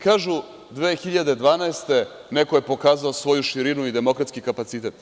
Kažu 2012. godine neko je pokazao svoju širinu i demokratski kapacitet.